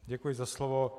Děkuji za slovo.